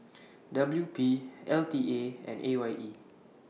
W P L T A and A Y E